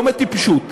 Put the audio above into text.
לא מטיפשות.